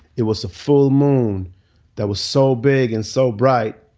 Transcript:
it was a full moon that was so big and so bright.